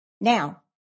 Now